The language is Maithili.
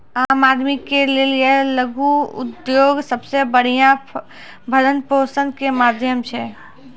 आम आदमी के लेली लघु उद्योग सबसे बढ़िया भरण पोषण के माध्यम छै